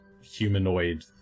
humanoid